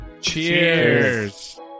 cheers